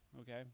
Okay